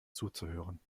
zuzuhören